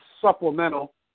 supplemental